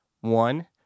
one